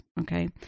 okay